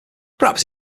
perhaps